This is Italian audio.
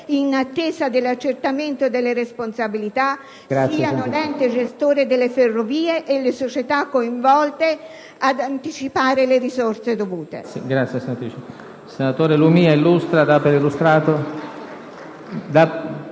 in attesa dell'accertamento delle responsabilità, siano l'ente gestore delle Ferrovie e le società coinvolte ad anticipare le risorse dovute.